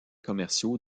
commerciaux